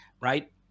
Right